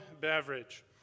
beverage